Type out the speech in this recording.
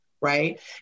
right